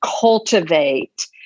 cultivate